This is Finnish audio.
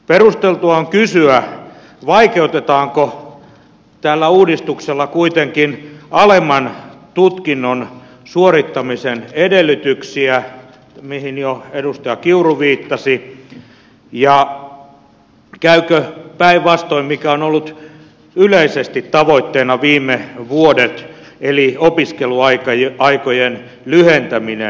perusteltua on kysyä vaikeutetaanko tällä uudistuksella kuitenkin alemman tutkinnon suorittamisen edellytyksiä mihin jo edustaja kiuru viittasi ja käykö päinvastoin kuin on ollut yleisesti tavoitteena viime vuodet eli opiskeluaikojen lyhentäminen